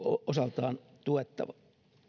osaltaan tuettava